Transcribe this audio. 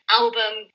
album